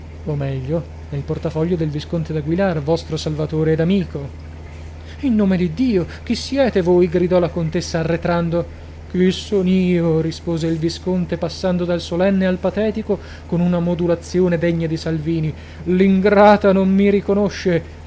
o meglio nel portafoglio del visconte daguilar vostro salvatore ed amico in nome di dio chi siete voi gridò la contessa arretrando chi son io rispose il visconte passando dal solenne al patetico con una modulazione degna di salvini lingrata non mi riconosce